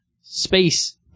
space